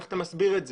איך אתה מסביר את זה?